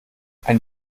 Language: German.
ein